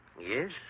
Yes